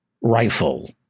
rifle